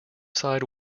side